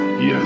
Yes